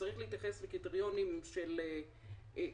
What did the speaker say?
שצריך להתייחס לקריטריונים של חיסונים,